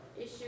Issue